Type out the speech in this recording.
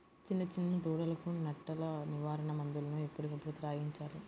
చిన్న చిన్న దూడలకు నట్టల నివారణ మందులను ఎప్పటికప్పుడు త్రాగించాలి